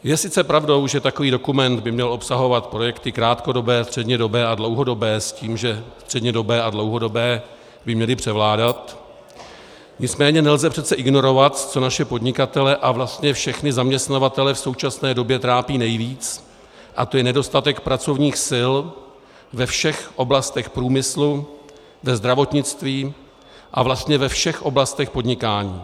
Je sice pravdou, že takový dokument by měl obsahovat projekty krátkodobé, střednědobé a dlouhodobé s tím, že střednědobé a dlouhodobé by měly převládat, nicméně nelze přece ignorovat, co naše podnikatele a vlastně všechny zaměstnavatele v současné době trápí nejvíc, a to je nedostatek pracovních sil ve všech oblastech průmyslu, ve zdravotnictví a vlastně ve všech oblastech podnikání.